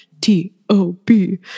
T-O-B